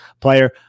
player